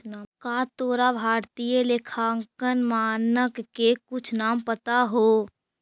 का तोरा भारतीय लेखांकन मानक के कुछ नाम पता हो?